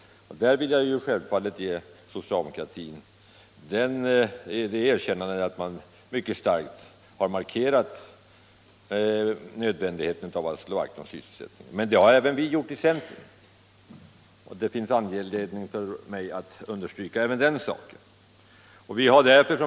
Jag vill då ge socialdemokratin det erkännandet att man starkt markerat nödvändigheten av att slå vakt om sysselsättningen. Men det har även vi i centern gjort, och det finns anledning för mig att understryka den saken.